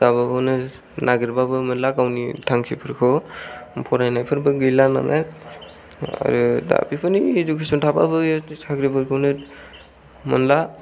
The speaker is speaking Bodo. गबागावनो नागेरबाबो मोनला गावनि थांखिफोरखौ फरायनायफोरबो गैला नालाय आरो दा बेफोरनि इजुकेशन थाबाबो साख्रि फोरखौनो मोनला